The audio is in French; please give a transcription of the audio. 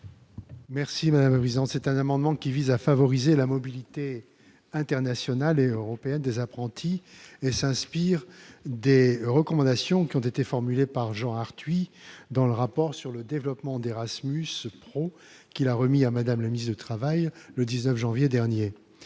est à M. le rapporteur. Cet amendement vise à favoriser la mobilité internationale et européenne des apprentis en s'inspirant des recommandations formulées par Jean Arthuis dans le rapport sur le développement d'Erasmus Pro, qu'il a remis à Mme la ministre du travail le 19 janvier dernier.